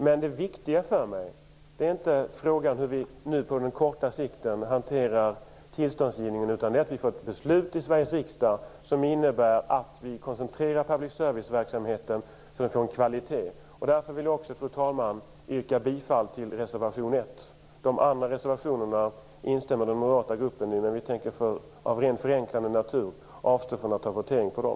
Men det viktiga för mig är inte hur vi nu på kort sikt hanterar tillståndsgivningen, utan det är att vi får ett beslut i Sveriges riksdag som innebär att vi koncentrerar public service-verksamheten, så att vi får kvalitet. Därför vill jag också, fru talman, yrka bifall till reservation 1. De övriga reservationerna står den moderata gruppen också bakom, men vi tänker för enkelhetens skull inte begära votering om dem.